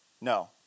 No